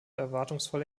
erwartungsvoll